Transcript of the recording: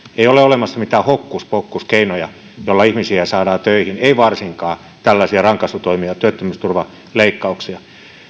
ei ole olemassa mitään hokkuspokkuskeinoja joilla ihmisiä saadaan töihin ei saada varsinkaan tällaisilla rankaisutoimilla työttömyysturvaleikkauksilla